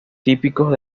típicos